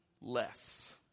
less